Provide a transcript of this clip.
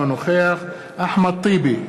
אינו נוכח אחמד טיבי,